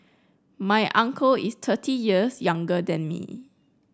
my uncle is thirty years younger than me